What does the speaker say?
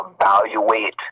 evaluate